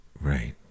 Right